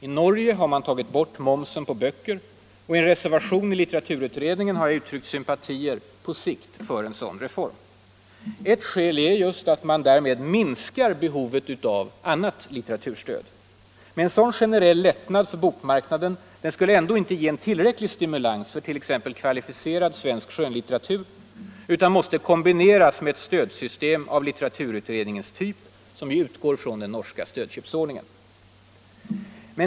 I Norge har man tagit bort momsen på böcker, och i en reservation i litteraturutredningen har jag uttryckt sympatier på sikt för en sådan reform. Ett skäl är just att man därmed minskar behovet av annat litteraturstöd. Men en sådan generell lättnad för bokmarknaden skulle inte ge en tillräcklig stimulans för t.ex. kvalificerad svensk skönlitteratur utan måste kombineras med ett stödsystem av litteraturutredningens typ, som ju utgår från den norska stödköpsordningen.